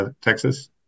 Texas